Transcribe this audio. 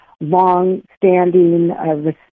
long-standing